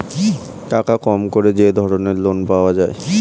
টাকা কম করে যে ধরনের লোন পাওয়া যায়